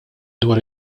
dwar